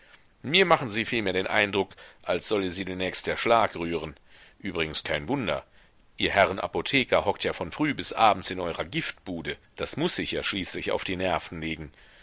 mir machen sie vielmehr den eindruck als solle sie demnächst der schlag rühren übrigens kein wunder ihr herren apotheker hockt ja von früh bis abends in eurer giftbude das muß sich ja schließlich auf die nerven legen